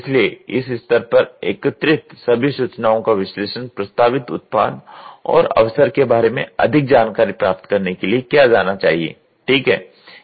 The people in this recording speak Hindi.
इसलिए इस स्तर पर एकत्रित सभी सूचनाओं का विश्लेषण प्रस्तावित उत्पाद और अवसर के बारे में अधिक जानकारी प्राप्त करने के लिए किया जाना चाहिए ठीक है